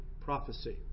prophecy